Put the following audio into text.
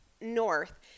north